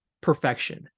perfection